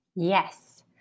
Yes